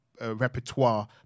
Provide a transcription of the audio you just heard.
repertoire